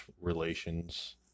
relations